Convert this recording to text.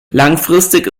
langfristig